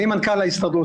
אני מנכ"ל ההסתדרות.